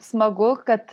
smagu kad